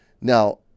Now